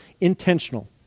intentional